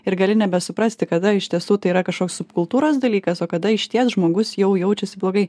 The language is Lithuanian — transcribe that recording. ir gali nebesuprasti kada iš tiesų tai yra kažkoks subkultūros dalykas o kada išties žmogus jau jaučiasi blogai